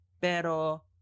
Pero